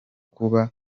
kuba